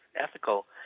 ethical